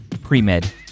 Pre-Med